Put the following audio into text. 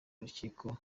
urukiko